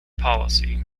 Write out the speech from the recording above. policy